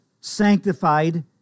sanctified